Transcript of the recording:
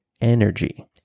energy